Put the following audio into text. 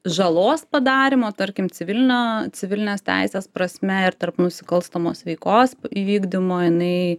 žalos padarymo tarkim civilinio civilinės teisės prasme ir tarp nusikalstamos veikos įvykdymo jinai